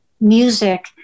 music